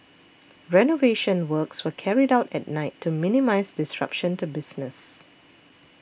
renovation works were carried out at night to minimise disruption to business